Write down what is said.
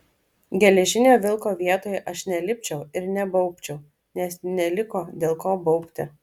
geležinio vilko vietoje aš nelipčiau ir nebaubčiau nes neliko dėl ko baubti